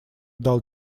дал